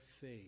faith